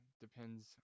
depends